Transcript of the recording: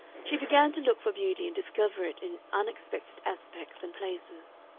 she began to look for beauty and discover it in unexpected aspects and places.